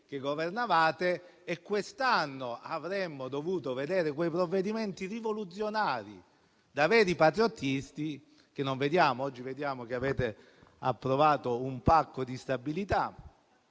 mesi, per cui quest'anno avremmo dovuto vedere quei provvedimenti rivoluzionari, da veri patrioti, che invece non vediamo. Oggi vediamo che avete approvato un "pacco di stabilità",